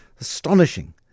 Astonishing